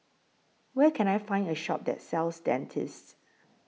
Where Can I Find A Shop that sells Dentiste